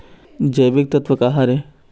जैविकतत्व का हर ए?